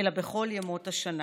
אלא בכל ימות השנה.